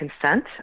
consent